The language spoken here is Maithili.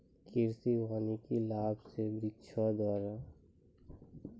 कृषि वानिकी लाभ से वृक्षो द्वारा ईमारती लकड़ी तैयार करलो जाय छै